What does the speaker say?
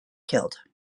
killed